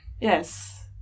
Yes